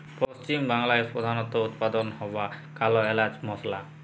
পশ্চিম বাংলায় প্রধালত উৎপাদল হ্য়ওয়া কাল এলাচ মসলা